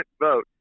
vote